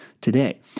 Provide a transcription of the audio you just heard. today